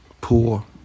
poor